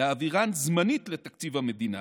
זמנית לתקציב המדינה.